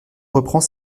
reprend